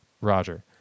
Roger